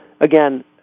Again